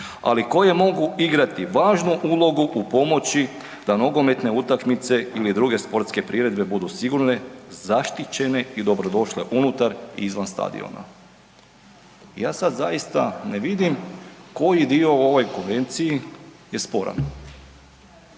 ali koje mogu igrati važnu ulogu u pomoći da nogometne utakmice ili druge sportske priredbe budu sigurne, zaštićene i dobrodošle unutar i izvan stadiona. I ja sad zaista ne vidim koji dio u ovoj konvenciji je sporan.